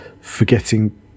forgetting